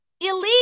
Illegal